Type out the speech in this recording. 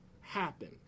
happen